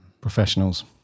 Professionals